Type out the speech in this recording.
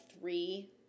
three